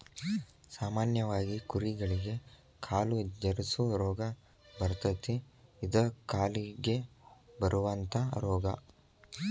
ಸಾಮಾನ್ಯವಾಗಿ ಕುರಿಗಳಿಗೆ ಕಾಲು ಜರಸು ರೋಗಾ ಬರತತಿ ಇದ ಕಾಲಿಗೆ ಬರುವಂತಾ ರೋಗಾ